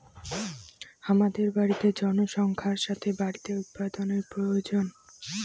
হামাদের বাড়তি জনসংখ্যার সাথে বাড়তি উৎপাদানের প্রয়োজন